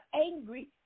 angry